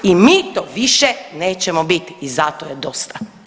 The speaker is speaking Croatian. I mi to više nećemo biti i zato je dosta.